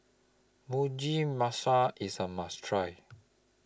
Mugi Meshi IS A must Try